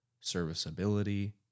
serviceability